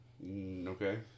Okay